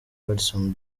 radisson